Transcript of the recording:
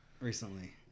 recently